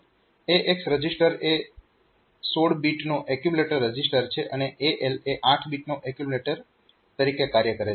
AX register એ 16 bit accumulator register છે અને AL એ 8 બીટ એક્યુમ્યુલેટર તરીકે કાર્ય કરે છે